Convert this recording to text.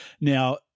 Now